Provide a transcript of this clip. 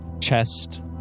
chest